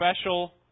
special